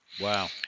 Wow